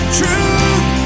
truth